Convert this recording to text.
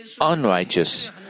unrighteous